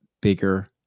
bigger